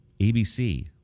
ABC